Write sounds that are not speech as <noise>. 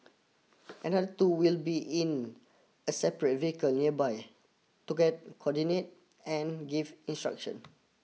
another two will be in a separate vehicle nearby to <unintelligible> coordinate and give instruction